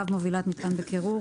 מובילת מטען בקירור.